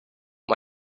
not